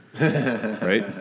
right